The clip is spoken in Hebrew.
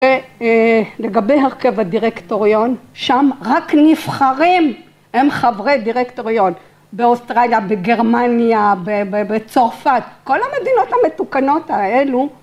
לגבי הרכב הדירקטוריון, שם רק נבחרים הם חברי דירקטוריון, באוסטרליה, בגרמניה, בצרפת, כל המדינות המתוקנות האלו